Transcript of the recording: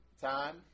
time